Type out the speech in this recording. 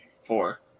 Four